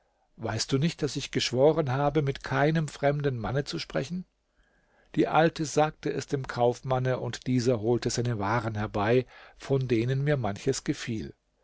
weißt du nicht daß ich geschworen habe mit keinem fremden manne zu sprechen die alte sagte es dem kaufmanne und dieser holte seine waren herbei von denen mir manches gefiel